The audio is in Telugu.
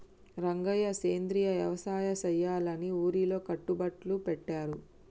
రంగయ్య సెంద్రియ యవసాయ సెయ్యాలని ఊరిలో కట్టుబట్లు పెట్టారు